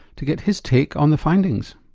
to get his take on the findings.